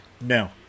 No